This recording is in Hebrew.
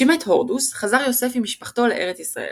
משמת הורדוס, חזר יוסף עם משפחתו לארץ ישראל.